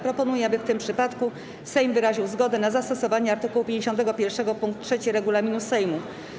Proponuję, aby w tym przypadku Sejm wyraził zgodę na zastosowanie art. 51 pkt 3 regulaminu Sejmu.